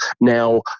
now